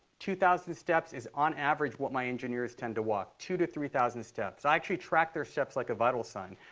two thousand steps is on average what my engineers tend to walk, two thousand to three thousand steps. i actually track their steps like a vital sign.